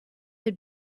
had